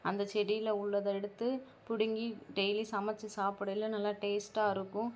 அந்த செடியில் உள்ளதை எடுத்து பிடுங்கி டெய்லி சமைச்சு சாப்பிடையில நல்லா டேஸ்ட்டாக இருக்கும்